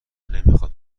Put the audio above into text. نمیخاد